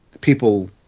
people